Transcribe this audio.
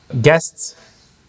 guests